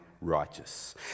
righteous